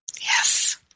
Yes